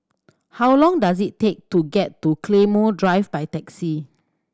how long does it take to get to Claymore Drive by taxi